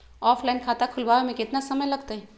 Offline खाता खुलबाबे में केतना समय लगतई?